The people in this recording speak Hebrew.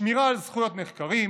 שמירה על זכויות נחקרים,